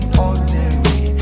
ordinary